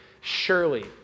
surely